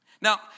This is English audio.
Now